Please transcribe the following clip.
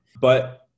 But-